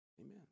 Amen